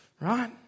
right